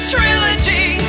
Trilogy